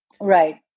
Right